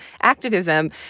activism